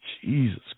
Jesus